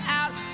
out